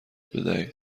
بدهید